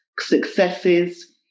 successes